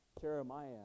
Jeremiah